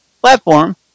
platform